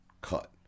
cut